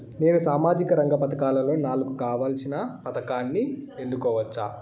నేను సామాజిక రంగ పథకాలలో నాకు కావాల్సిన పథకాన్ని ఎన్నుకోవచ్చా?